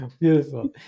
Beautiful